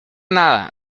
nada